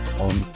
on